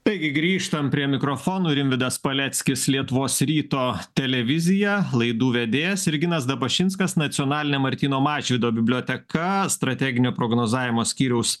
taigi grįžtam prie mikrofonų rimvydas paleckis lietuvos ryto televizija laidų vedėjas ir ginas dabašinskas nacionalinė martyno mažvydo biblioteka strateginio prognozavimo skyriaus